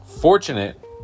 fortunate